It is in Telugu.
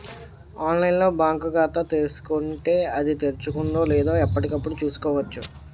ఆన్లైన్ లో బాంకు ఖాతా తీసుకుంటే, అది తెరుచుకుందో లేదో ఎప్పటికప్పుడు చూసుకోవచ్చు